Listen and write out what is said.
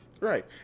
Right